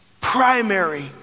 Primary